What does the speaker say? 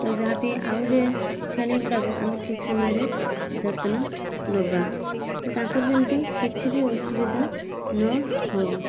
ତ ଯାହାବି ଆଉ ଯେ ଛେଳି ଗୁଡ଼ାକ ଆମେ ଠିକ୍ ସମୟରେ ଯତ୍ନ ନେବା ତ ତାଙ୍କର ଯେମିତି କିଛିବି ଅସୁବିଧା ନହେବ